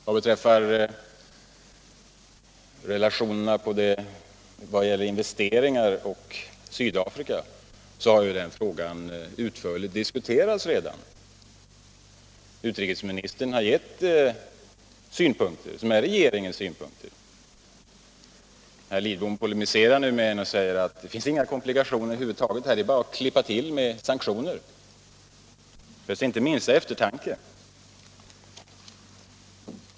Vad beträffar frågan om investeringar i Sydafrika har ju denna redan diskuterats. Utrikesministern har framfört regeringens synpunkter på detta. Herr Lidbom polemiserar nu mot utrikesministern och säger att det inte finns några komplikationer här, utan det är bara att klippa till med sanktioner; det behövs inte den minsta eftertanke.